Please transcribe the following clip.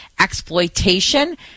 Exploitation